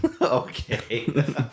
okay